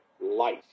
life